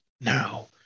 now